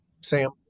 Sam